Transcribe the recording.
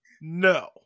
No